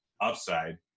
upside